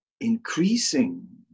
increasing